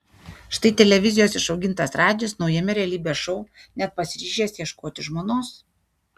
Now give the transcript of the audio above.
štai televizijos išaugintas radžis naujame realybės šou net pasiryžęs ieškoti žmonos